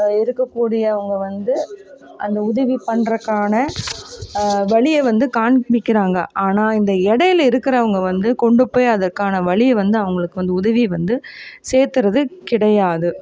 இருக்கக்கூடியவங்க வந்து அந்த உதவி பண்ணுறக்கான வழியை வந்து காண்பிக்கிறாங்க ஆனால் இந்த இடையில இருக்கிறவங்க வந்து கொண்டு போய் அதற்கான வழியை வந்து அவங்களுக்கு அந்த உதவி வந்து சேர்த்துறது கிடையாது